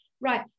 right